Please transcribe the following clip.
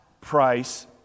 price